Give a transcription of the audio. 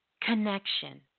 connection